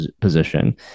position